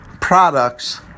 products